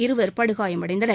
இருவர் படுகாயமடைந்தனர்